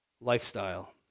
lifestyle